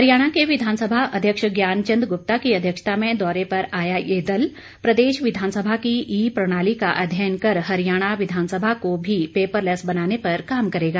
हरियाणा के विधानसभा अध्यक्ष ज्ञान चंद गुप्ता की अध्यक्षता में दौरे पर आया ये दल प्रदेश विधानसभा की ई प्रणाली का अध्ययन कर हरियाणा विधानसभा को भी पेपरलेस बनाने पर काम करेगा